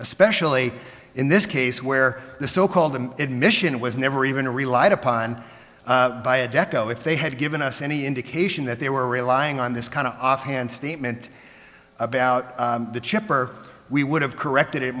especially in this case where the so called them admission was never even relied upon by adecco if they had given us any indication that they were relying on this kind of offhand statement about the chip or we would have corrected it